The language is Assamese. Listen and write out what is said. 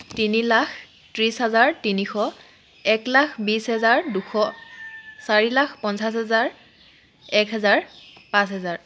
তিনি লাখ ত্ৰিছ হাজাৰ তিনিশ এক লাখ বিছ হেজাৰ দুশ চাৰি লাখ পঞ্চাছ হেজাৰ এক হেজাৰ পাঁচ হেজাৰ